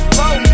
low